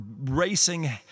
racing